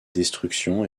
destructions